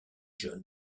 john